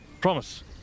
Promise